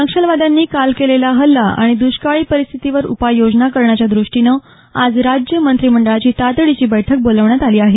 नक्षलवाद्यांनी काल केलेला हल्ला आणि दुष्काळी परिस्थितीवर उपाययोजना करण्याच्या द्रष्टीनं आज राज्य मंत्रीमंडळाची तातडीची बैठक बोलावण्यात आली आहे